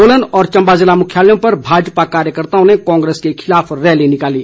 सोलन और चंबा ज़िला मुख्यालय पर भाजपा कार्यकर्ताओं ने कांग्रेस के खिलाफ रैली निकाली